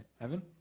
Evan